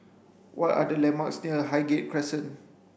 what are the landmarks near Highgate Crescent